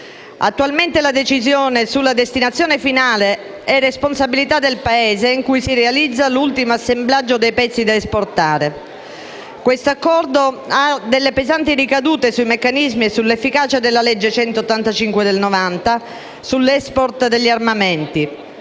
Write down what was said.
Attualmente la decisione sulla destinazione finale è responsabilità del Paese in cui si realizza l'ultimo assemblaggio dei pezzi da esportare. Questo Accordo ha delle pesanti ricadute sui meccanismi e sull'efficacia della legge n. 185 del 1990 sull'*export* di armamenti